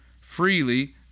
freely